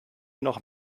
noch